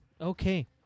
Okay